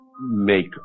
make